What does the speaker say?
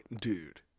dude